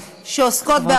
חברת הכנסת אורלי.